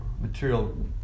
material